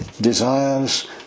desires